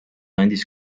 andis